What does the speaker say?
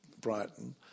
Brighton